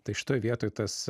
tai šitoj vietoj tas